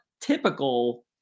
typical